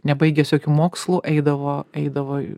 nebaigęs jokių mokslų eidavo eidavo